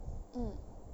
mm